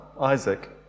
Isaac